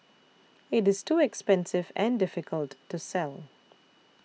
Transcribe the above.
it is too expensive and difficult to sell